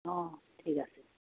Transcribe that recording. অঁ ঠিক আছে